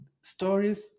stories